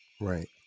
Right